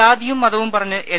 ജാതിയും മതവും പറഞ്ഞ് എൽ